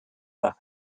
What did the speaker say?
par